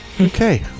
Okay